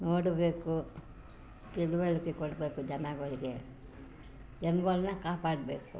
ನೋಡಬೇಕು ತಿಳುವಳ್ಕೆ ಕೊಡಬೇಕು ಜನಗಳ್ಗೆ ಜನಗಳ್ನ ಕಾಪಾಡಬೇಕು